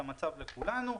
המצב לכולנו.